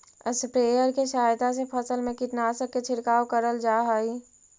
sprayer के सहायता से फसल में कीटनाशक के छिड़काव करल जा हई